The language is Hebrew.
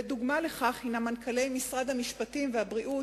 ודוגמה לכך הינה מנכ"לי משרד המשפטים ומשרד הבריאות,